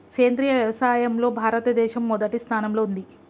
సేంద్రియ వ్యవసాయంలో భారతదేశం మొదటి స్థానంలో ఉంది